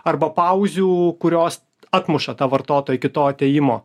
arba pauzių kurios atmuša tą vartotojai iki to atėjimo